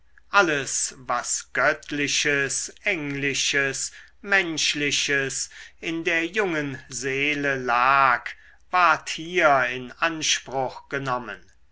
alles was göttliches englisches menschliches in der jungen seele lag ward hier in anspruch genommen